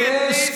לא מגיע לך בכלל,